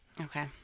Okay